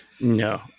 no